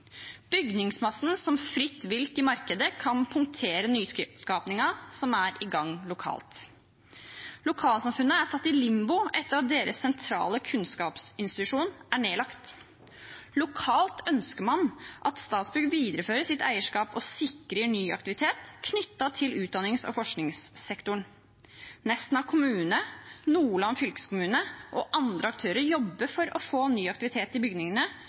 Bygningsmassen som fritt vilt i markedet kan punktere nyskapingen som er i gang lokalt. Lokalsamfunnet er satt i limbo etter at deres sentrale kunnskapsinstitusjon er nedlagt. Lokalt ønsker man at Statsbygg viderefører sitt eierskap og sikrer ny aktivitet knyttet til utdannings- og forskningssektoren. Nesna kommune, Nordland fylkeskommune og andre aktører jobber for å få ny aktivitet i bygningene